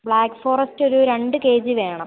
black forest ഒരു രണ്ട് K G വേണം